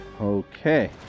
Okay